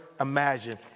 imagine